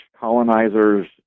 colonizers